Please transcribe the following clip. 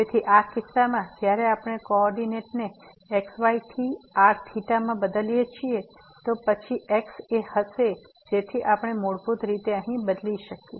તેથી આ કિસ્સામાં જ્યારે આપણે કોઓર્ડિનેટ્સને x y થી r θ માં બદલીએ છીએ તો પછી x એ હશે જેથી આપણે મૂળભૂત રીતે અહીં બદલી શકીએ